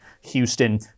Houston